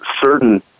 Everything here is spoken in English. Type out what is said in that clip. certain